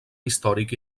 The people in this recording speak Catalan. històric